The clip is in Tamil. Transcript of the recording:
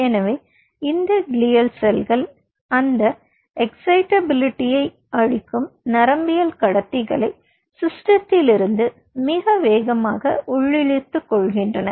எனவே இந்த கிளைல் செல்கள் அந்த எக்ஸ்சைட்டபிலிட்டியை அளிக்கும் நரம்பியக்கடத்திகளை சிஸ்டத்திலிருந்து மிக வேகமாக உள்ளிழுத்துக் கொள்கின்றன